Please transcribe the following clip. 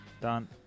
Done